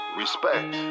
respect